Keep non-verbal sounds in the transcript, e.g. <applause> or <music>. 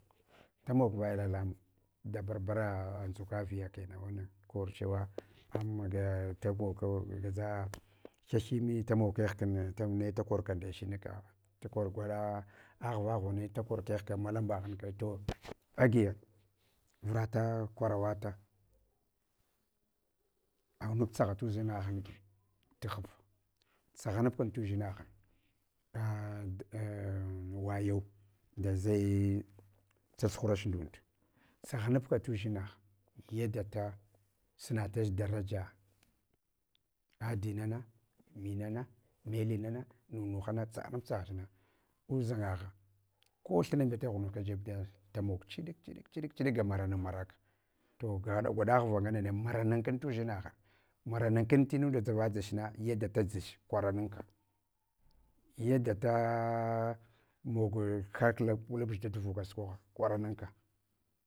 Tamog voya alatamun dabarbara ndʒuka vuyana kenawana kor chewa amaga ta mogko gaʒa hyahyimini damog kegh kun ne da korkan ndechinka, tukor gwaɗa ghva ghvun da ker kegh kan mallam baghanka to agiya vurata kwara wata awanubtsogha tudʒina ghune tighva, tsaghbkun tudʒinaghun, <hesitation> a wayo nda zaiyi tsatsuhurach ndunil, tsaghanabka tudʒinagh yada da sunatach daraja adina na minana, mehinana, nunu hana tsagha neb tsaghach na, udʒangagh kothina mbete ghununka, jeb da tamok chiɗik chiɗik chiɗik gwa marana maraka. <unintelligible> Gwaɗa ghva nganane maranaka tudʒinagha marankan tinunda dʒavadʒach na yada da dʒuch, kwaranka, yada ta mog kakla ko lubuch dat vuka sukwagha kwarananka.